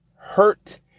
hurt